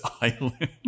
Island